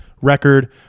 record